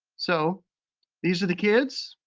so these are the kids.